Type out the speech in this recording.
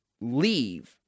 leave